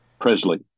Presley